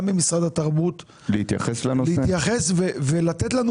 ממשרד התרבות והספורט להתייחס ולתת לנו